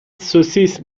سوسیس